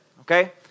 okay